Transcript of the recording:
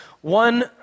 one—